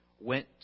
went